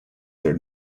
their